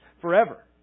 forever